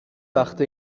وقته